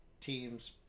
teams